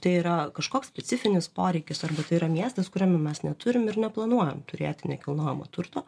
tai yra kažkoks specifinis poreikis arba tai yra miestas kuriame mes neturim ir neplanuojam turėti nekilnojamo turto